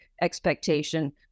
expectation